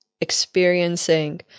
experiencing